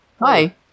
Hi